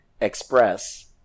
express